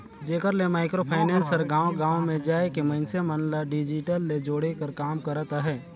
जेकर ले microfinance हर गाँव गाँव में जाए के मइनसे मन ल डिजिटल ले जोड़े कर काम करत अहे